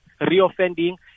reoffending